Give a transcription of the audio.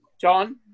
John